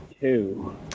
two